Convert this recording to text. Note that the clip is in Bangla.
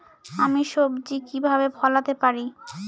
আমি সবজি কিভাবে ফলাতে পারি?